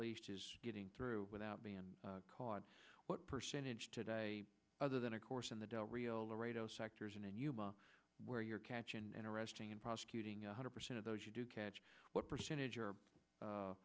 least getting through without band caught what percentage today other than of course in the del rio laredo sectors and in yuma where you're catchin and arresting and prosecuting a hundred percent of those you do catch what percentage